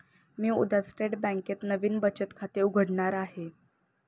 मी उद्या स्टेट बँकेत नवीन बचत खाते उघडणार आहे